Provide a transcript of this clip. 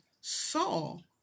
Saul